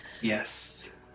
Yes